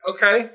Okay